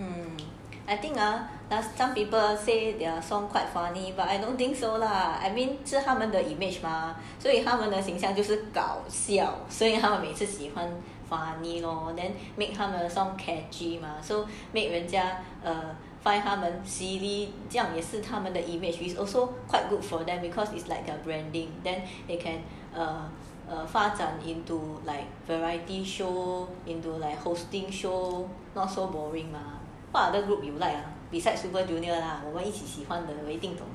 um I think ah some people say their song quite funny but I don't think so lah I mean 是他们的 image mah 所以他们的形象就是搞笑所以他们每次喜欢 funny lor you know then make 他们 the song catchy mah so make 人家 find 他们 silly 这样也是他们的 image is also quite good for them because it's like their branding then they can err err 发展 into like variety show into like hosting show not so boring mah but other group you like besides super junior lah 我们一起喜欢的我一定懂